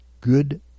good